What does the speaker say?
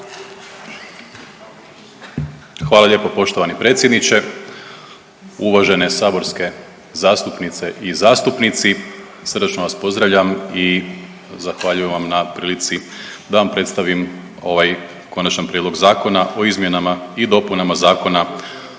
Hvala lijepo poštovani predsjedniče, uvažene saborske zastupnice i zastupnici, srdačno vas pozdravljam i zahvaljujem vam na prilici da vam predstavim ovaj Konačan prijedlog zakona o izmjenama i dopunama Zakona